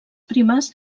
primes